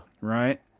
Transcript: Right